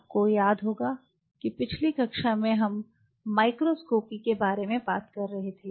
आपको याद होगा कि पिछली कक्षा में हम माइक्रोस्कोपी के बारे में बात कर रहे थे